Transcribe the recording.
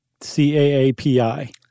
C-A-A-P-I